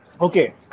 okay